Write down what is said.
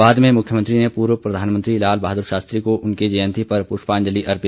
बाद में मुख्यमंत्री ने पूर्व प्रधानमंत्री लाल बहादुर शास्त्री को उनकी जयंती पर पुष्पांजलि अर्पित की